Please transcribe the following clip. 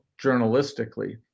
journalistically